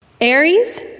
Aries